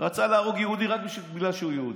ורצה להרוג יהודי רק בגלל שהוא יהודי.